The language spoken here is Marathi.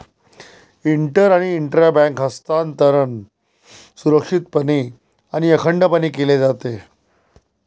इंटर आणि इंट्रा बँक हस्तांतरण सुरक्षितपणे आणि अखंडपणे केले जाते